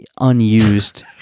unused